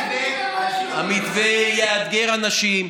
המתווה יאתגר אנשים,